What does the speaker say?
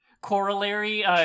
Corollary